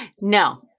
no